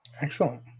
Excellent